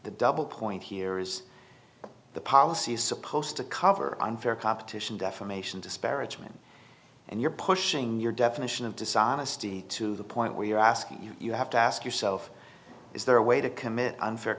the double point here is the policy is supposed to cover unfair competition defamation disparagement and you're pushing your definition of dishonesty to the point where you're asking you know you have to ask yourself is there a way to commit unfair